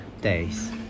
days